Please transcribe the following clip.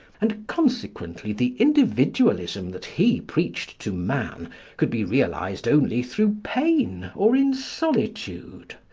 and consequently the individualism that he preached to man could be realised only through pain or in solitude.